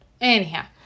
Anyhow